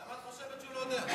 למה את חושבת שהוא לא יודע?